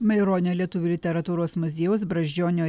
maironio lietuvių literatūros muziejaus brazdžionio